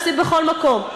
יפסיד בכל מקום.